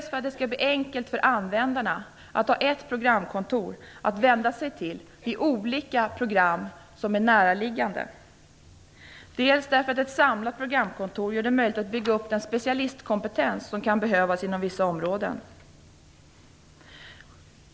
För det första blir det enklare för användarna att ha ett programkontor att vända sig till när det handlar om olika program som är näraliggande. För det andra ger ett samlat programkontor möjlighet att bygga upp den specialistkompetens som kan behövas inom vissa områden.